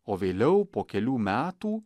o vėliau po kelių metų